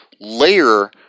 layer